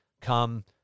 Come